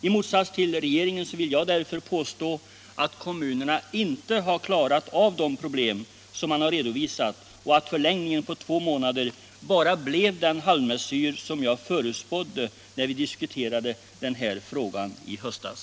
I motsats till regeringen vill jag därför påstå att kommunerna inte har klarat av de problem de redovisat och att förlängningen på två månader bara blev den halvmesyr som jag förutspådde, när vi diskuterade den här frågan i höstas.